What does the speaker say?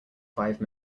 five